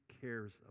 cares